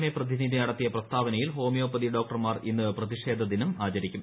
A പ്രതിനിധി നടത്തിയ പ്രസ്താവനയിൽ ഹോമിയോപ്പതി ഡോക്ടർമാർ ഇന്ന് പ്രതിഷേധദിനം ആചരിക്കും